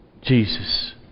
Jesus